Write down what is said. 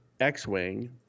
X-Wing